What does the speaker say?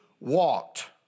walked